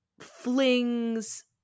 flings